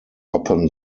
upon